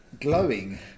glowing